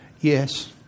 yes